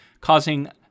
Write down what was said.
causing